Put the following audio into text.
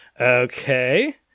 Okay